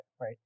right